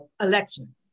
election